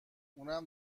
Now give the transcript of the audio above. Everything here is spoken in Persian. اونم